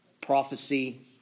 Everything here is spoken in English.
prophecy